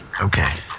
Okay